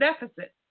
deficit